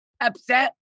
upset